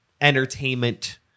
entertainment